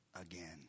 again